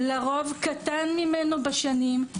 לרוב קטן ממנו בשנים,